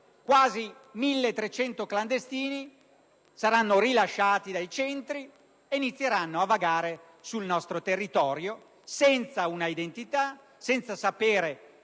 quasi 1.300 clandestini siano rilasciati dai centri iniziando a vagare sul nostro territorio, senza un'identità, senza sapere